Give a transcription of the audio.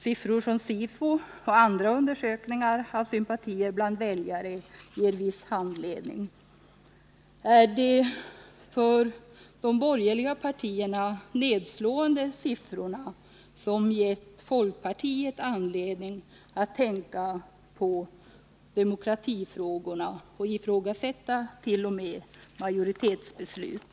Siffror från SIFO och andra undersökningar av sympatier bland väljare ger viss handledning. Är det de för de borgerliga partierna nedslående siffrorna som gett folkpartiet anledning att tänka på demokratifrågorna och t.o.m. ifrågasätta majoritetsbeslut?